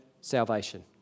salvation